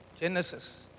Genesis